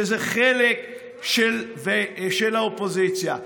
שזה חלק של האופוזיציה.